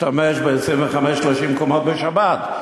להשתמש ולעלות 25, 30 קומות בשבת.